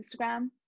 Instagram